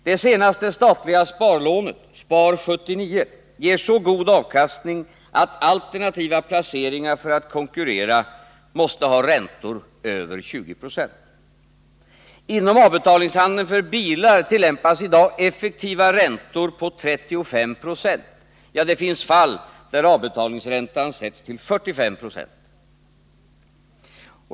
Det senaste statliga sparlånet, Spar 79, ger så god avkastning att alternativa placeringar för att konkurrera måste ha räntor över 20 26. Inom avbetalningshandeln för bilar tillämpas i dag effektiva räntor på 35 96 , ja, det finns fall där avbetalningsräntan satts till 45 96.